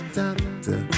doctor